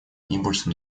импульса